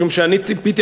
משום שאני ציפיתי,